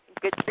Good